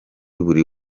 buri